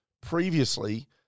previously